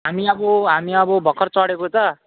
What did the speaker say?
हामी अब हामी अब भर्खर चढेको त